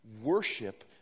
worship